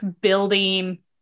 building